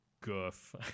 goof